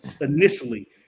initially